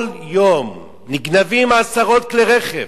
כל יום נגנבים עשרות כלי-רכב.